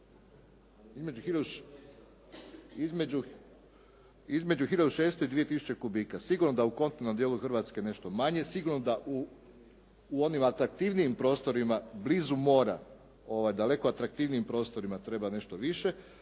za zalijevanje. Sigurno da u kontinentalnom dijelu Hrvatske nešto manje, sigurno da u onim atraktivnijim prostorima blizu mora, daleko atraktivnijim prostorima treba nešto više.